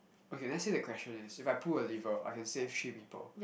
okay let's say the question is if I pull a lever I can save three people